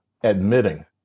admitting